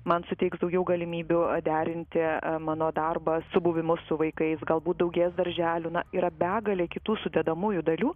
man suteiks daugiau galimybių derinti mano darbą su buvimu su vaikais galbūt daugės darželių na yra begalė kitų sudedamųjų dalių